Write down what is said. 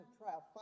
trial